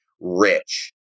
rich